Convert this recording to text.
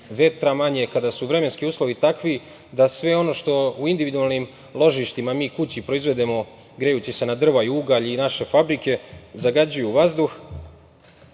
vetra manja, kada su vremenski uslovi takvi da sve ono što u individualnim ložištima mi kući proizvedemo grejući se na drva i ugalj i naše fabrike zagađuje vazduh. Mi